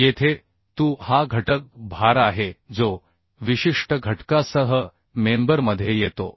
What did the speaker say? येथे Tu हा घटक भार आहे जो विशिष्ट घटकासह मेंबर मध्ये येतो